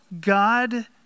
god